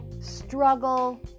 struggle